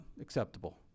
acceptable